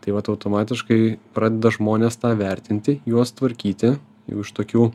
tai vat automatiškai pradeda žmonės tą vertinti juos tvarkyti jau iš tokių